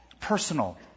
personal